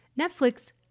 Netflix